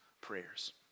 prayers